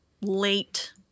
late